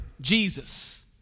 Jesus